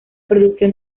producción